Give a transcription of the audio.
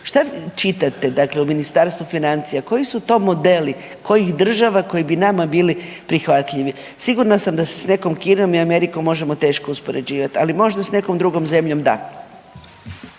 Šta čitate u Ministarstvu financija, koji su to modeli kojih država koji bi nama bili prihvatljivi? Sigurna sam da se s nekom Kinom i Amerikom možemo teško uspoređivati, ali možda s nekom drugom zemljom da.